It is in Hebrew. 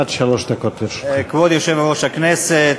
כבוד יושב-ראש הכנסת,